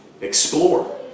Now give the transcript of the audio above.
Explore